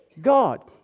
God